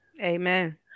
amen